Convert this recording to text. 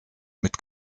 mit